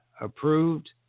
Approved